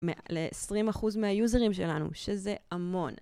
ל-20% מהיוזרים שלנו, שזה המון.